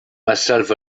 myself